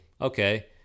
okay